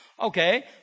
Okay